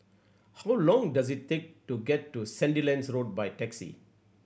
how long does it take to get to Sandilands Road by taxi